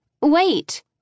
Wait